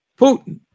Putin